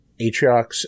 Atriox